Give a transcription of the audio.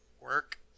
work